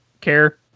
care